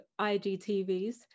IGTVs